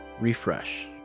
Refresh